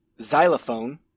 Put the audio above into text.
Xylophone